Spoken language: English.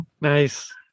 nice